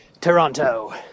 Toronto